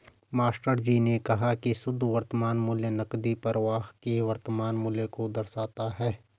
मास्टरजी ने कहा की शुद्ध वर्तमान मूल्य नकदी प्रवाह के वर्तमान मूल्य को दर्शाता है